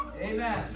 Amen